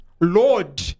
Lord